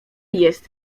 jest